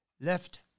left